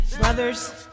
Brothers